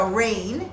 rain